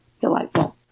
delightful